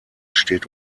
steht